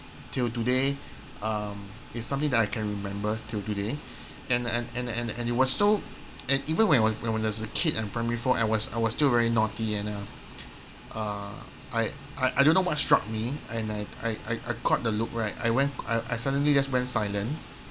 till today um its something that I can remember till today and and and and and and it was so and even when when when I was a kid in primary four I was I was still very naughty and uh err I I don't know what struck me and I uh I I I caught the look right I went I suddenly just went silent